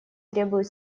требуют